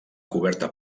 coberta